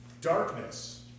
Darkness